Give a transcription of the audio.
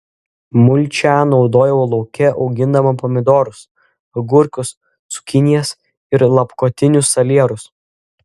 mulčią naudojau lauke augindama pomidorus agurkus cukinijas ir lapkotinius salierus